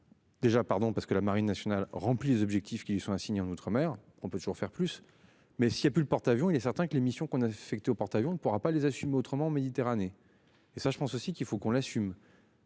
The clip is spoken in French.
Déjà pardon parce que la marine nationale remplit les objectifs qui lui sont assignés, en outre-mer on peut toujours faire plus mais si il y a plus le porte-avions il est certain que l'émission qu'on affecté au porte-avions ne pourra pas les assumer autrement en Méditerranée et ça, je pense aussi qu'il faut qu'on l'assume.